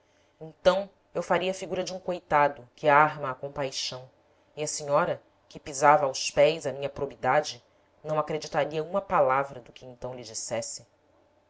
então eu faria a figura de um coitado que arma à compaixão e a senhora que pisava aos pés a minha probidade não acreditaria uma palavra do que então lhe dissesse